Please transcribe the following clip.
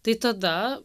tai tada